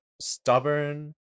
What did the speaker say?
stubborn